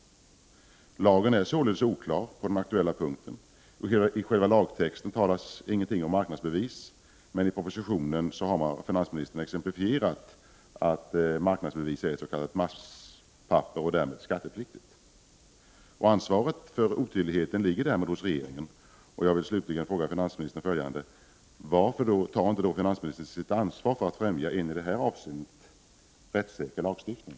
Lagen är således oklar på den aktuella punkten. I själva lagtexten talas det inte om marknadsbevis, men i propositionen har finansministern exemplifierat att marknadsbevis är ett s.k. masspapper och därmed skattepliktigt. Ansvaret för otydligheten ligger därmed hos regeringen. Jag vill slutligen fråga finansministern följande: Varför tar inte finansministern sitt ansvar för att främja en i det här avseendet rättssäker lagstiftning?